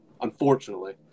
unfortunately